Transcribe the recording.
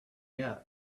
yet